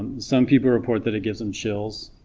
some people report that it gives them chills,